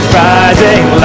rising